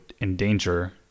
endanger